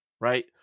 right